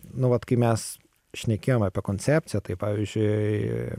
ny vat kai mes šnekėjom apie koncepciją tai pavyzdžiui